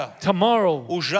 tomorrow